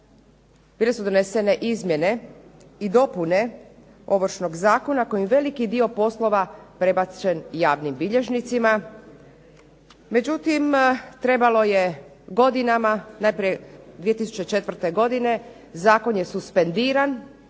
bio donesene izmjene i dopune Ovršnog zakona kojim je veliki dio poslova prebačen javnim bilježnicima. Međutim trebalo je godinama, najprije 2004. godine zakon je suspendiran